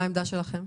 מה העמדה שלכם?